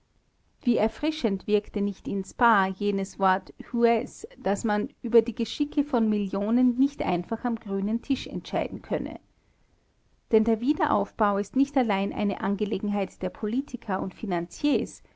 wie erfrischend wirkte nicht in spaa jenes wort hues daß man über die geschicke von millionen nicht einfach am grünen tisch entscheiden könne denn der wiederaufbau ist nicht allein eine angelegenheit der politiker und finanziers